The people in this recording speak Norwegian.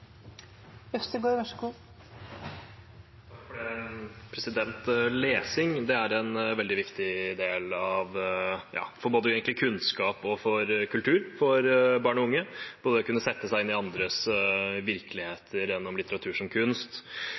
Lesing er veldig viktig for både kunnskap og kultur for barn og unge, ikke bare det å kunne sette seg inn i andres virkeligheter gjennom litteratur som kunst,